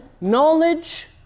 knowledge